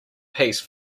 piece